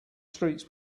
streets